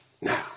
Now